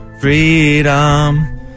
freedom